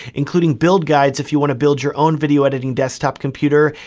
including build guides, if you wanna build your own video editing desktop computer,